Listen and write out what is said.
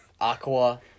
Aqua